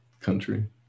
country